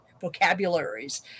vocabularies